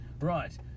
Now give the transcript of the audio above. Right